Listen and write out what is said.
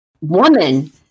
woman